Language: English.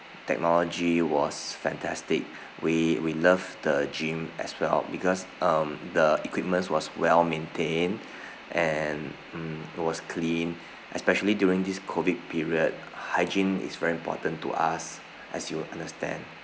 technology was fantastic we we loved the gym as well because um the equipments was well maintained and mm it was clean especially during this COVID period hygiene is very important to us as you'd understand